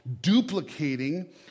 duplicating